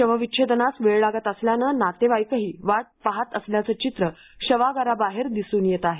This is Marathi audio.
शवविच्छेदनास वेळ लागत असल्याने नातेवाईकही वाट पाहत असल्याचे चित्र शवागाराबाहेर दिसून येत आहे